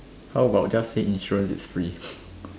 how about just say insurance is free